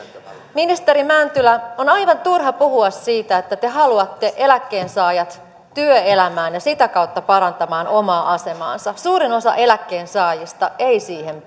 ministeri mäntylä on aivan turha puhua siitä että te haluatte eläkkeensaajat työelämään ja sitä kautta parantamaan omaa asemaansa suurin osa eläkkeensaajista ei siihen